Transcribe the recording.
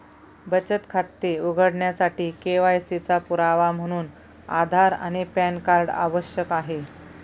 बचत खाते उघडण्यासाठी के.वाय.सी चा पुरावा म्हणून आधार आणि पॅन कार्ड आवश्यक आहे